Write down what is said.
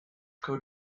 coat